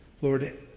Lord